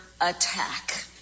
attack